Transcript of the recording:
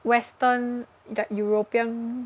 western like European